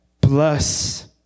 Bless